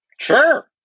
Sure